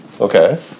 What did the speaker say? Okay